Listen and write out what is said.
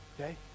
okay